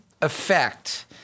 effect